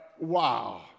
Wow